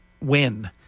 win